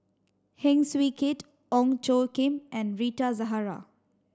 Heng Swee Keat Ong Tjoe Kim and Rita Zahara